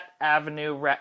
avenue